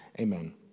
Amen